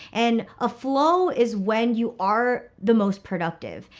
and a flow is when you are the most productive.